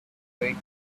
great